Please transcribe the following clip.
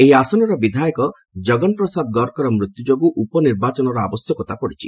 ଏହି ଆସନର ବିଧାୟକ ଜଗନ ପ୍ରସାଦ ଗର୍ଗଙ୍କର ମୃତ୍ୟୁ ଯୋଗୁଁ ଉପନିର୍ବାଚନର ଆବଶ୍ୟକତା ପଡିଛି